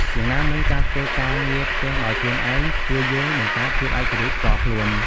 យ៉ាងណាមិញ ការធ្វើការងារផ្ទះដោយខ្លួនឯងជួយយើងបង្កើតភាពឯករាជ្យផ្ទាល់ខ្លួន។